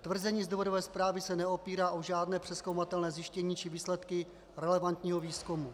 Tvrzení z důvodové zprávy se neopírá o žádné přezkoumatelné zjištění či výsledky relevantního výzkumu.